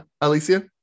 Alicia